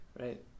right